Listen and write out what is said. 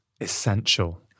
essential